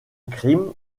crime